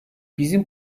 bizim